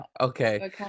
okay